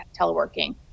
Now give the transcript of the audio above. teleworking